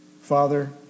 Father